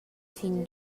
fin